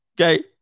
okay